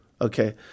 Okay